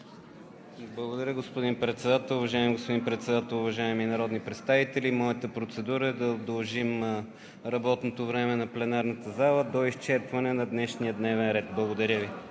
Благодаря, господин Председател. Уважаеми господин Председател, уважаеми народни представители! Моята процедура е да удължим работното време на пленарната зала до изчерпване на днешния дневен ред. Благодаря Ви.